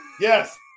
Yes